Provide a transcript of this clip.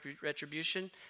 retribution